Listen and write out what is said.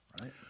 right